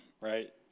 right